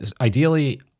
ideally